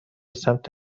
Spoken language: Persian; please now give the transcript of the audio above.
سمت